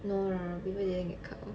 no lah people didn't get cut off